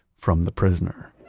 from the prisoner.